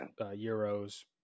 Euros